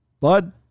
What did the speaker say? Bud